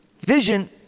Vision